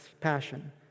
passion